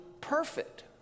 perfect